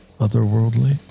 otherworldly